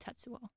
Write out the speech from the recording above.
Tetsuo